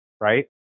right